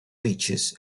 beaches